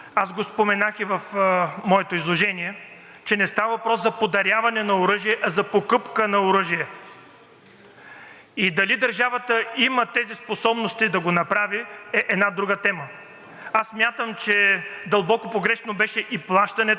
и дали държавата има тези способности да го направи, е една друга тема. Аз смятам, че дълбоко погрешно беше и плащането на първите осем изтребителя, като сумата беше платена напред, без да се знае кой ще произведе тези самолети.